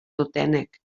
dutenek